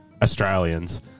Australians